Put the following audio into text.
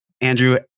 Andrew